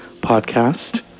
podcast